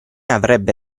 avrebbe